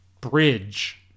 bridge